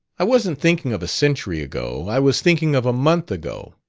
i wasn't thinking of a century ago. i was thinking of a month ago.